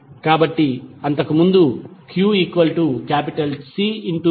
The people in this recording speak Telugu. కాబట్టి అంతకుముందు qCv